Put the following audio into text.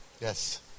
Yes